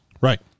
Right